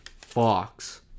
Fox